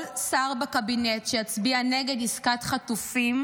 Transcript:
כל שר בקבינט שיצביע נגד עסקת חטופים